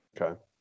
Okay